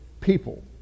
people